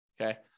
Okay